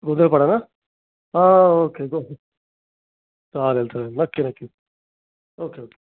हा ओके चालेल चालेल नक्की नक्की ओके ओके